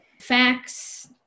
facts